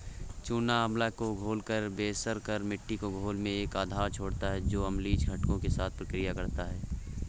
चूना अम्लता को घोलकर बेअसर कर मिट्टी के घोल में एक आधार छोड़ता है जो अम्लीय घटकों के साथ प्रतिक्रिया करता है